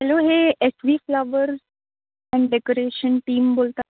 hello हे S V flower and decoration team बोलता